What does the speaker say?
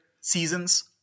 seasons